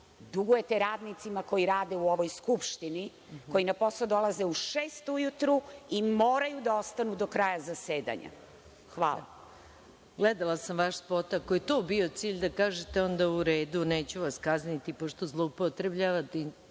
dugujete radnicima koji rade u ovoj Skupštini, koji na posao dolaze u 06.00 ujutru i moraju da ostanu do kraja zasedanja. Hvala. **Maja Gojković** Gledala sam vaš spot. Ako je to bio cilj da kažete, onda u redu, neću vas kazniti, pošto zolupotrebljavate mogućnost